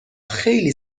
خیلی